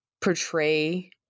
portray